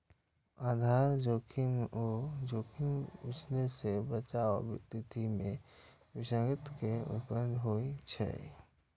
आधार जोखिम ऊ जोखिम छियै, जे बचावक स्थिति मे विसंगति के उत्पन्न होइ छै